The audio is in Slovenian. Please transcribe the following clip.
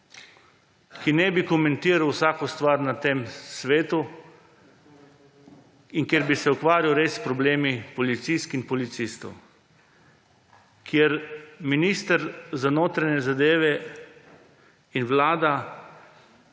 ki ne bi komentiral vsake stvari na tem svetu in ki bi se ukvarjal res s problemi policistk in policistov, kjer bi minister za notranje zadeve in vlada